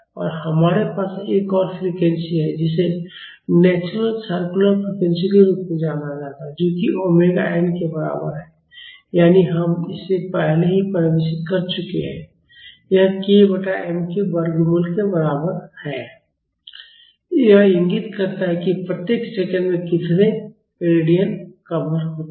और हमारे पास एक और फ़्रीक्वेंसी है जिसे नैचुरल सर्कुलर फ़्रीक्वेंसी के रूप में जाना जाता है जो कि ओमेगा n के बराबर है यानी हम इसे पहले ही परिभाषित कर चुके हैं यह k बटा m के वर्गमूल के बराबर है यह इंगित करता है कि प्रत्येक सेकंड में कितने रेडियन कवर होते हैं